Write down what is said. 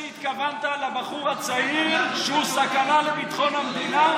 התכוונת לבחור הצעיר שהוא סכנה לביטחון המדינה?